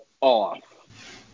off